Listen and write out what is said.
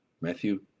Matthew